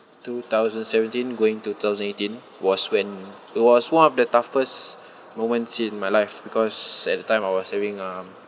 two thousand seventeen going two thousand eighteen was when it was one of the toughest moments in my life because at the time I was having um